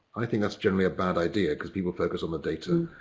i think that's generally a bad idea cuz people focus on the data.